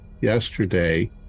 yesterday